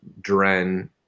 Dren